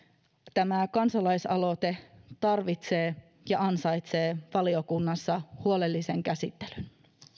tämä kansalaisaloite tarvitsee ja ansaitsee valiokunnassa huolellisen käsittelyn